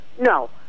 No